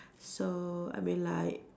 so I mean like